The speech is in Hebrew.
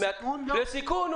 לסיכון לא.